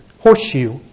horseshoe